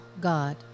God